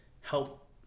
help